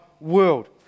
world